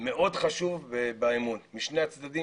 מאוד חשוב באמון, משני הצדדים.